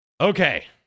Okay